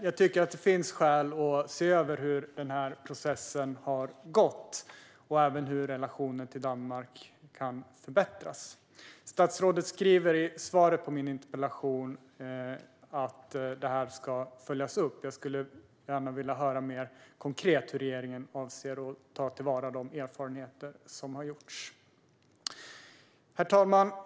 Jag tycker dock att det finns skäl att se över hur den här processen har gått och även hur relationen med Danmark kan förbättras. Statsrådet skriver i svaret på min interpellation att detta ska följas upp. Jag skulle gärna vilja höra mer konkret hur regeringen avser att ta till vara de erfarenheter som har gjorts. Herr talman!